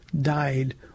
died